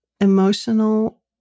emotional